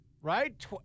Right